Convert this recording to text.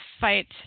fight